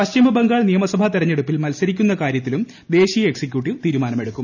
പശ്ചിമ ബംഗാൾ നിയമസഭാ തെരഞ്ഞെടുപ്പിൽ മത്സരിക്കുന്ന കാര്യത്തിലും ദേശീയ എക്സിക്യൂട്ടീവ് തീരുമാനമെടുക്കും